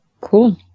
Cool